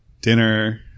dinner